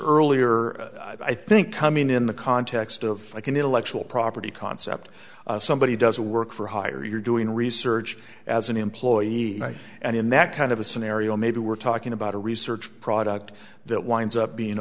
earlier i think coming in the context of like an intellectual property concept somebody does a work for hire you're doing research as an employee and in that kind of a scenario maybe we're talking about a research product that winds up being